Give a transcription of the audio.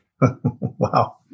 Wow